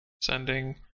Sending